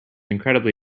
incredibly